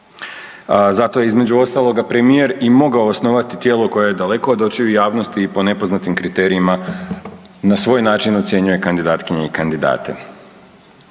Zato je, između ostaloga, premijer i mogao osnovati tijelo koje je daleko od očiju javnosti i po nepoznatim kriterijima, na svoj način ocjenjuje kandidatkinje i kandidate.